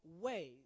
ways